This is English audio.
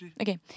Okay